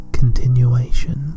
continuation